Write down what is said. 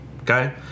okay